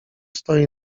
stoi